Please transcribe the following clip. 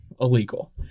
illegal